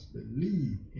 believe